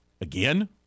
again